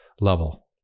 level